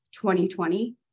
2020